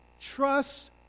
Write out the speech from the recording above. Trust